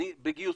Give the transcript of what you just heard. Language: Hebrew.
בגיוסים.